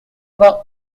vingt